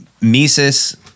Mises